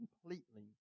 completely